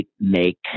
make